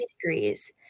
degrees